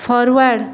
forward